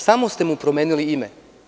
Samo ste mu promenili ime.